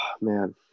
Man